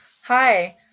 hi